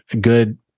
good